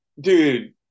Dude